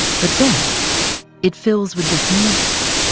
but then it fills with this music